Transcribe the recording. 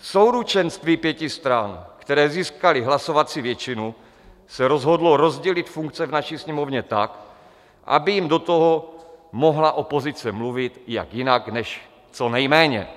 Souručenství pěti stran, které získaly hlasovací většinu, se rozhodlo rozdělit funkce v naší Sněmovně tak, aby jim do toho mohla opozice mluvit jak jinak než co nejméně.